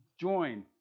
join